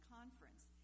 Conference